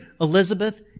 Elizabeth